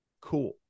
Cool